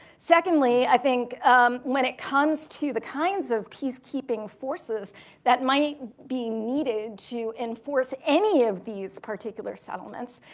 secondly, i think when it comes to the kinds of peacekeeping forces that might be needed to enforce any of these particular settlements,